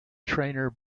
trainer